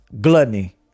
Gluttony